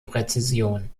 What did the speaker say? präzision